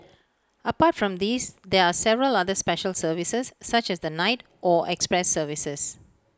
apart from these there are several other special services such as the night or express services